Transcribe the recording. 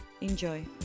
Enjoy